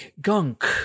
gunk